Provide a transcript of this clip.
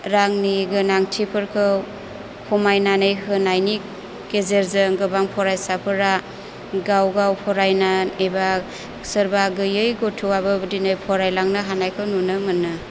रांनि गोनांथिफोरखौ खमायनानै होनायनि गेजेरजों गोबां फरायसाफोरा गाव गाव फरायना एबा सोरबा गैयै गथ'आबो बिदिनो फरायलांनो हानायखौ नुनो मोनो